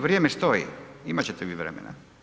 Vrijeme stoji, imati ćete vi vremena.